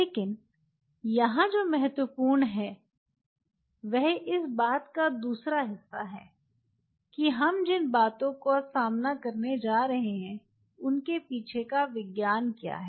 लेकिन यहां जो महत्वपूर्ण है वह इस बात का दूसरा हिस्सा है कि हम जिन बातों का सामना करने जा रहे हैं उनके पीछे का विज्ञान क्या है